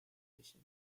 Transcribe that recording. vision